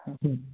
হুম